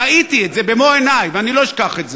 ראיתי זה במו עיני, ואני לא אשכח את זה,